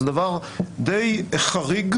זה דבר די חריג.